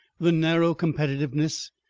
the narrow competitiveness,